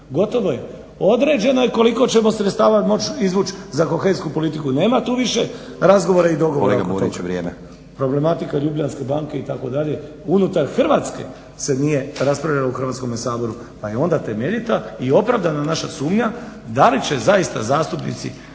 Gotovo je, određeno je koliko ćemo sredstava moći izvući za kohezijsku politiku, nema tu više razgovora i dogovora oko tog, problematika Ljubljanske banke itd. unutar Hrvatske se nije raspravljalo u Hrvatskome saboru pa je onda temeljita i opravdana naša sumnja da li će zaista zastupnici